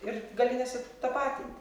ir gali nesitapatint